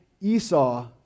Esau